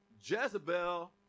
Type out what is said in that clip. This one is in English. jezebel